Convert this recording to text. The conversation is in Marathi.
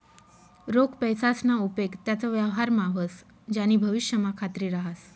रोख पैसासना उपेग त्याच व्यवहारमा व्हस ज्यानी भविष्यमा खात्री रहास